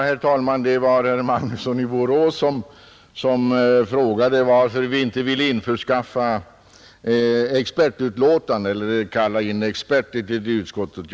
Herr talman! Herr Magnusson i Borås frågade varför vi inte ville införskaffa expertutlåtanden eller kalla in experter till utskottet.